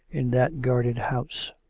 in that guarded house.